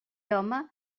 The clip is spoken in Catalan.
home